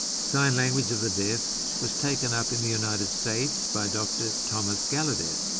sign language of the deaf was taken up in the united states by dr thomas gallaudet,